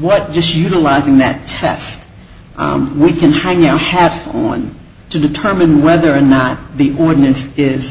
what just utilizing that teff we can hang our hat on to determine whether or not the ordinance is